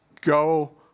Go